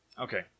Okay